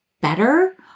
better